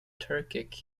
turkic